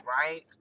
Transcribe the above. right